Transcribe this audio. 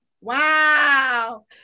wow